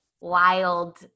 wild